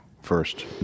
first